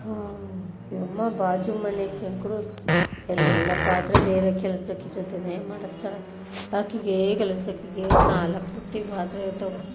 ಹಾಂ ಯಮ್ಮಾ ಬಾಜು ಮನೆಗಿಂತೂ ಎಲ್ಲ ಪಾತ್ರೆ ಬೇರೆ ಕೆಲಸ್ದಾಕಿ ಜೊತೆಯೇ ಮಾಡಿಸ್ತಾಳೆ ಆಕೆಗೆ ಕೆಲಸದಾಕಿಗೆ ನಾಲ್ಕು ಬುಟ್ಟಿ ಪಾತ್ರೆ ಇರ್ತವೆ